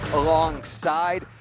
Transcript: alongside